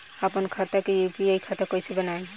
आपन खाता के यू.पी.आई खाता कईसे बनाएम?